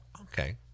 Okay